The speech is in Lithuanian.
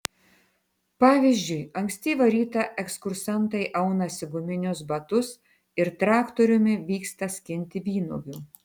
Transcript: pavyzdžiui ankstyvą rytą ekskursantai aunasi guminius batus ir traktoriumi vyksta skinti vynuogių